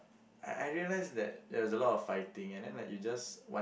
I realise that there was a lot of fighting and then like you just wan~